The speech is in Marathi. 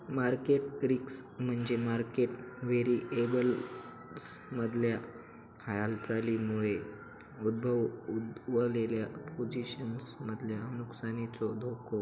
मार्केट रिस्क म्हणजे मार्केट व्हेरिएबल्समधल्या हालचालींमुळे उद्भवलेल्या पोझिशन्समधल्या नुकसानीचो धोको